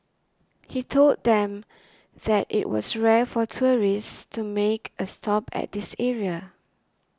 he told them that it was rare for tourists to make a stop at this area